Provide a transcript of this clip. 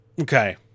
Okay